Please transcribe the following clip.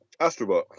Astrobot